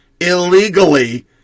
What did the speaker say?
illegally